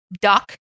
duck